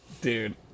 Dude